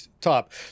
top